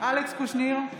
אלכס קושניר,